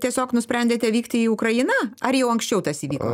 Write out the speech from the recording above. tiesiog nusprendėte vykti į ukrainą ar jau anksčiau tas įvyko